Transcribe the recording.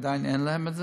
עדיין אין להם,